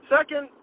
Second